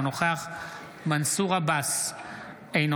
אינו